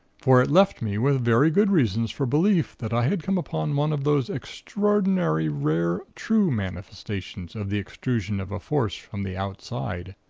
for it left me with very good reasons for belief that i had come upon one of those extraordinary rare true manifestations of the extrusion of a force from the outside.